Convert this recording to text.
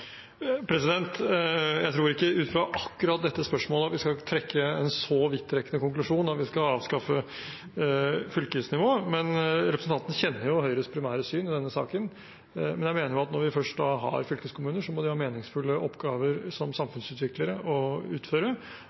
akkurat dette spørsmålet at vi skal avskaffe fylkesnivået. Representanten kjenner jo Høyres primære syn i denne saken, men jeg mener at når vi først har fylkeskommuner, må de ha meningsfulle oppgaver å utføre som samfunnsutviklere.